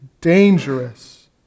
dangerous